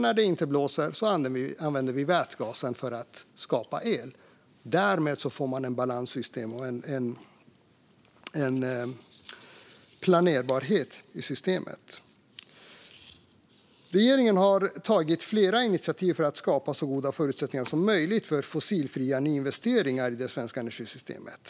När det inte blåser använder vi vätgasen för att skapa el. Därmed får man balans och planerbarhet i systemet. Regeringen har tagit flera initiativ för att skapa så goda förutsättningar som möjligt för fossilfria nyinvesteringar i det svenska energisystemet.